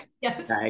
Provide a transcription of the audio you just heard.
Yes